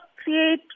create